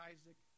Isaac